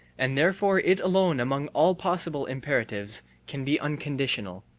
and therefore it alone among all possible imperatives can be unconditional.